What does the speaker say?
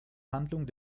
handlung